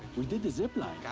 we did a zip line.